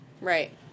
Right